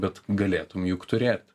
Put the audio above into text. bet galėtum juk turėt